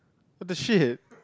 what the shit